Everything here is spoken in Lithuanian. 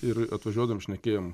ir atvažiuodami šnekėjom